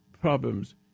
problem's